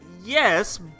yes